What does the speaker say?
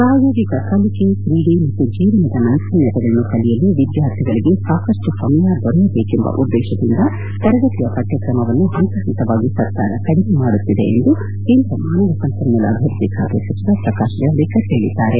ಪ್ರಾಯೋಗಿಕ ಕಲಿಕೆ ಕ್ರೀಡೆ ಮತ್ತು ಜೀವನ ನೈಪುಣ್ಕತೆಗಳನ್ನು ಕಲಿಯಲು ವಿದ್ಯಾರ್ಥಿಗಳಿಗೆ ಸಾಕಷ್ಟು ಸಮಯ ದೊರೆಯಬೇಕೆಂಬ ಉದ್ದೇಶದಿಂದ ತರಗತಿಯ ಪಠ್ವಕ್ರಮವನ್ನು ಪಂತ ಪಂತವಾಗಿ ಸರ್ಕಾರ ಕಡಿಮೆ ಮಾಡುತ್ತಿದೆ ಎಂದು ಕೇಂದ್ರ ಮಾನವ ಸಂಪನ್ಮೂಲ ಅಭಿವೃದ್ಧಿ ಖಾತೆ ಸಚಿವ ಪ್ರಕಾಶ್ ಜಾವಡೇಕರ್ ಹೇಳಿದ್ದಾರೆ